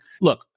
look